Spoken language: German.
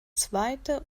zweite